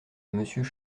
monsieur